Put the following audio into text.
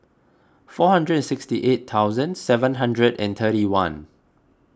four hundred and sixty eight thousand and seven hundred and thirty one